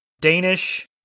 Danish